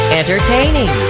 entertaining